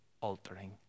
altering